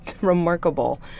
remarkable